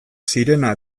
sirena